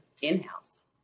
in-house